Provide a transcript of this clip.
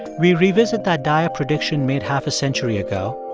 we revisit that dire prediction made half a century ago.